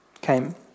came